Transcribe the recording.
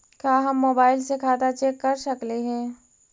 का हम मोबाईल से खाता चेक कर सकली हे?